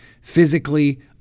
physically